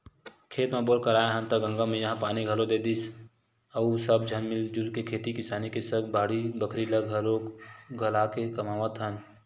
खेत म बोर कराए हन त गंगा मैया ह पानी घलोक दे दिस अउ सब झन मिलजुल के खेती किसानी के सग बाड़ी बखरी ल घलाके कमावत हन